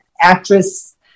actress